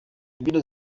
imbyino